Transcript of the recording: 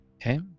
Okay